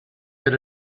get